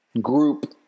group